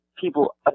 people